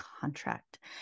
contract